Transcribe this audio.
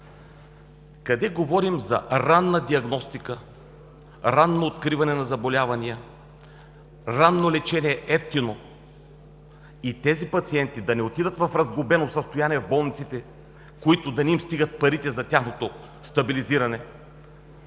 Къде говорим за ранна диагностика, за ранно откриване на заболяванията, ранно евтино лечение и тези пациенти да не отидат в разглобено състояние в болниците, на които да не им стигат парите за тяхното стабилизиране?